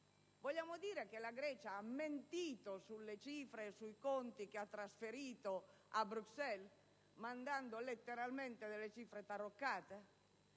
Vogliamo dire che la Grecia ha mentito sulle cifre e sui conti che ha trasferito a Bruxelles, mandando delle cifre letteralmente taroccate?